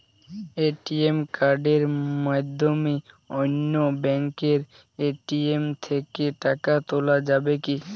ATM কার্ডের মাধ্যমে অন্য ব্যাঙ্কের এ.টি.এম থেকে টাকা তোলা যাবে কি?